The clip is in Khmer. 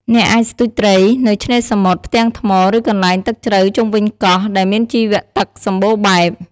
អ្នកអាចស្ទូចត្រីនៅឆ្នេរសមុទ្រ ផ្ទាំងថ្ម ឬកន្លែងទឹកជ្រៅជុំវិញកោះ ដែលមានជីវៈទឹកសម្បូរបែប។